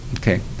Okay